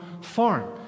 farm